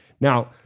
Now